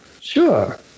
Sure